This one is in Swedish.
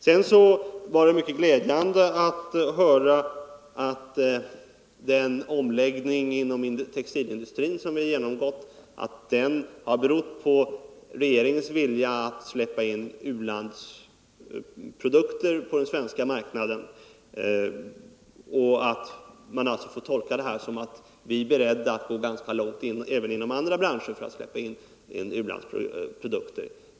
Det var mycket glädjande att höra att den omläggning inom textilindustrin som vi genomgått har berott på regeringens vilja att släppa in u-landsprodukter på den svenska marknaden. Man får alltså tolka detta som att vi är beredda att gå ganska långt även inom andra branscher för att släppa in u-landsprodukter.